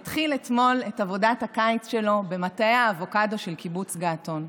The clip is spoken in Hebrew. התחיל אתמול את עבודת הקיץ שלו במטעי האבוקדו של קיבוץ געתון.